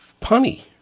punny